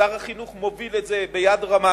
שר החינוך מוביל את זה ביד רמה,